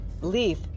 leaf